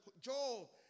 Joel